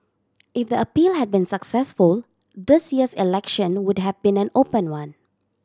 if the appeal had been successful this year's election would have been an open one